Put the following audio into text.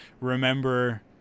remember